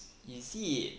is it